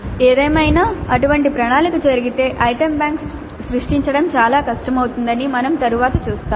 ఏదేమైనా అటువంటి ప్రణాళిక జరిగితే ఐటెమ్ బ్యాంక్ సృష్టించడం చాలా కష్టమవుతుందని మేము తరువాత చూస్తాము